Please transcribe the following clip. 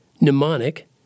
mnemonic